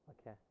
okay